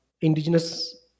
indigenous